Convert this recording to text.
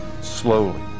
Slowly